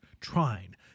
trying